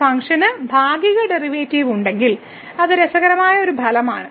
ഒരു ഫംഗ്ഷന് ഭാഗിക ഡെറിവേറ്റീവ് ഉണ്ടെങ്കിൽ അത് രസകരമായ ഒരു ഫലമാണ്